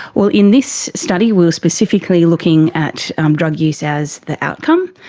well, in this study we were specifically looking at um drug use as the outcome,